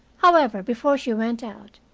however, before she went out,